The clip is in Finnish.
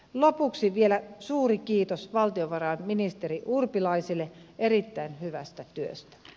lopuksi vielä suuri kiitos valtiovarainministeri urpilaiselle erittäin hyvästä työstä